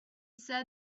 said